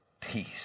peace